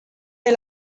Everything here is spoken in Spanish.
del